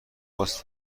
واسه